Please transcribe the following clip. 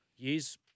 Years